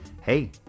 hey